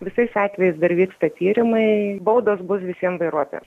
visais atvejais dar vyksta tyrimai baudos bus visiem vairuotojam